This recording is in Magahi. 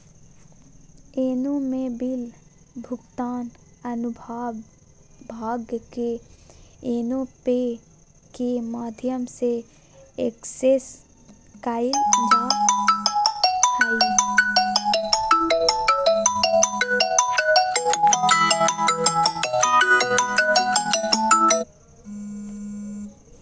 योनो में बिल भुगतान अनुभाग के योनो पे के माध्यम से एक्सेस कइल जा हइ